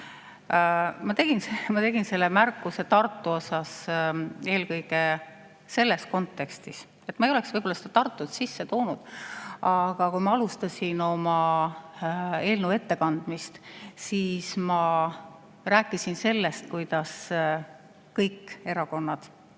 Ma tegin selle märkuse Tartu kohta eelkõige selles kontekstis – ma ei oleks muidu võib-olla Tartut sisse toonud –, kui ma alustasin oma eelnõu ettekandmist, ma rääkisin sellest, kuidas kõik erakonnad